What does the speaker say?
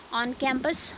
on-campus